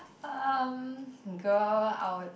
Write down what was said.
um girl I would